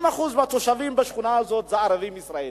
70% מהתושבים בשכונה הזאת הם ערבים-ישראלים,